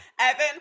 Evan